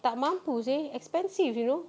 tak mampu seh expensive you know